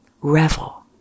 Revel